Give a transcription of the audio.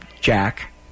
Jack